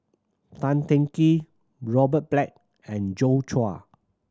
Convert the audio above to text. Tan Teng Kee Robert Black and Joi Chua